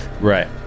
Right